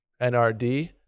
NRD